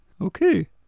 Okay